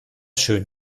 schön